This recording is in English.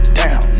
down